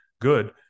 good